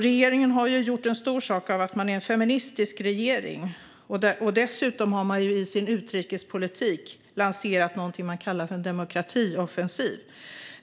Regeringen har ju gjort stor sak av att vara en feministisk regering, och dessutom har man i sin utrikespolitik lanserat någonting man kallar en demokratioffensiv.